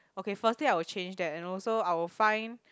okay first day I will change that you know so I would find